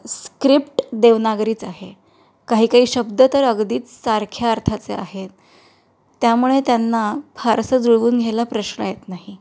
script देवनागरीच आहे काही काही शब्द तर अगदीच सारख्या अर्थाचे आहेत त्यामुळे त्यांना फारसं जुळवून घ्यायला प्रश्न येत नाही